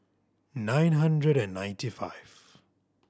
nine hundred and ninety five